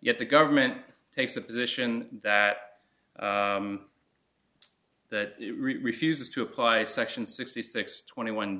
yet the government takes the position that that refuses to apply section sixty six twenty one